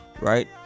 right